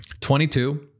22